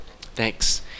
thanks